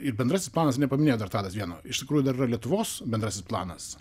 ir bendrasis planas nepaminėjo dar tadas vieno iš tikrųjų dar yra lietuvos bendrasis planas